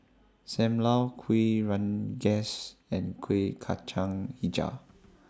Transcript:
SAM Lau Kuih Rengas and Kueh Kacang Hijau